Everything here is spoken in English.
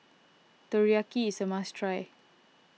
Teriyaki is a must try